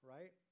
Right